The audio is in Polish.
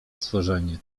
stworzenie